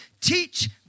Teach